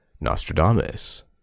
Nostradamus